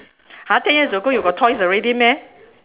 !huh! ten years ago you got toys already meh